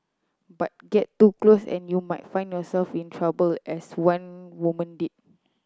but get too close and you might find yourself in trouble as one woman did